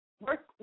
work